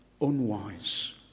unwise